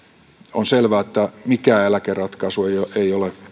on selvää että mikään eläkeratkaisu ei ei ole